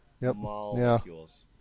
molecules